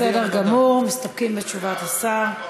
בסדר גמור, מסתפקים בתשובת השר.